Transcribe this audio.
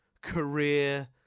career